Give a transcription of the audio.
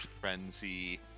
frenzy